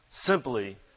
simply